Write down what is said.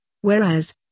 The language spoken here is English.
Whereas